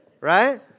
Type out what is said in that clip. right